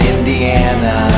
Indiana